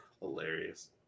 Hilarious